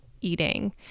eating